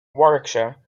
warwickshire